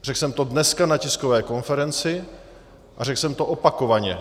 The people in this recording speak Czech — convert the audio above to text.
Řekl jsem to dneska na tiskové konferenci a řekl jsem to opakovaně.